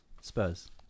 Spurs